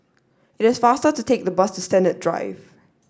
it is faster to take the bus to Sennett Drive